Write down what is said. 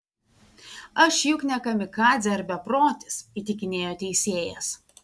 aš juk ne kamikadzė ar beprotis įtikinėjo teisėjas